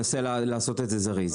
אנסה לעשות את זה זריז.